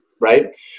right